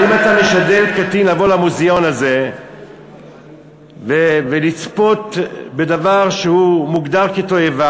אבל אם אתה משדל קטין לבוא למוזיאון הזה ולצפות בדבר שמוגדר כתועבה,